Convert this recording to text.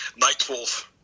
Nightwolf